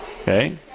Okay